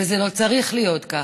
זה לא צריך להיות ככה.